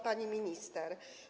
Pani Minister!